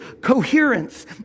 coherence